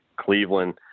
Cleveland